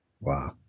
Wow